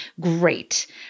great